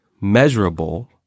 measurable